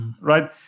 right